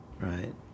right